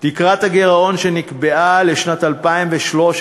על כך, תקרת הגירעון שנקבעה לשנת 2013,